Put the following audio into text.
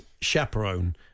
chaperone